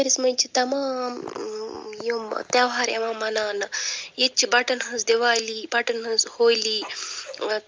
ؤرۍ یَس منٛز چھِ تَمام یِم تہوار یِوان مناونہٕ یِیٛتہِ چھِ بَٹَن ہٕنٛز دیوالِی بَٹَن ہِنٛز ہولِی